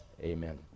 amen